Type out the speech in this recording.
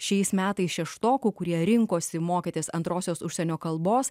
šiais metais šeštokų kurie rinkosi mokytis antrosios užsienio kalbos